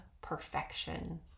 perfection